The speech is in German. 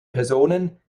personen